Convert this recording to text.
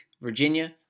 Virginia